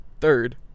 third